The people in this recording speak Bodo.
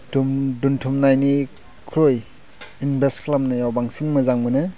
दोनथुमनायनिख्रुइ इनभेस्ट खालामनायाव बांसिन मोजां मोनो